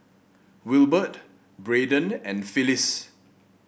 Wilbert Braeden and Phylis